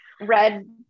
red